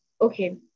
okay